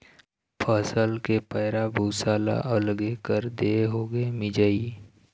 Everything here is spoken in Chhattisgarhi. फसल के पैरा भूसा ल अलगे कर देए होगे मिंजई